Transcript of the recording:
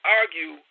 argue